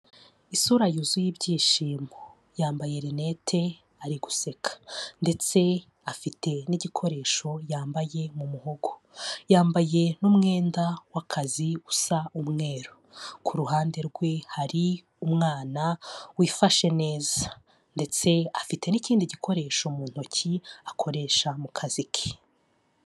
Isura yuzuye ibyishimo, yambaye rinete ari guseka, ndetse afite n'igikoresho yambaye mu muhogo, yambaye n'umwenda w'akazi usa umweru, ku ruhande rwe hari umwana wifashe neza, ndetse afite n'ikindi gikoresho mu ntoki akoresha mu kazi ke.